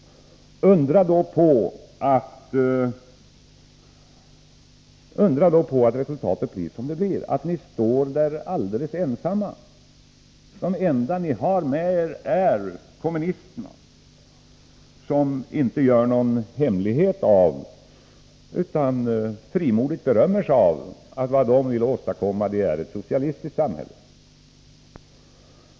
Undra då på att resultatet blir som det blir: Ni står där alldeles ensamma! De enda ni har med er är kommunisterna, som inte gör någon hemlighet av utan frimodigt berömmer sig av att de vill åstadkomma ett socialistiskt samhälle.